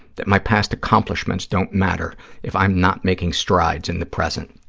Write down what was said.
that my past accomplishments don't matter if i'm not making strides in the present.